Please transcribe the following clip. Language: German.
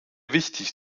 wichtig